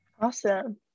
Awesome